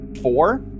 four